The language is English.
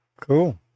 cool